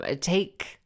take